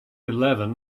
eleven